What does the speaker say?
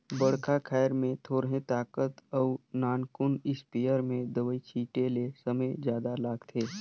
बड़खा खायर में थोरहें ताकत अउ नानकुन इस्पेयर में दवई छिटे ले समे जादा लागथे